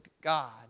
God